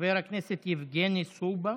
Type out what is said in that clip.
חבר הכנסת יבגני סובה,